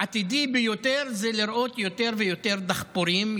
העתידי ביותר זה לראות יותר ויותר דחפורים,